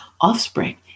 offspring